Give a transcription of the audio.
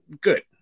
good